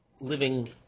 living